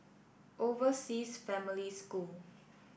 Overseas Family School